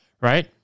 Right